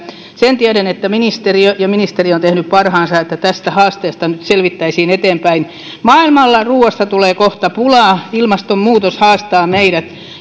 sen tiedän että ministeriö ja ministeri on tehnyt parhaansa että tästä haasteesta nyt selvittäisiin eteenpäin maailmalla ruuasta tulee kohta pulaa ilmastonmuutos haastaa meidät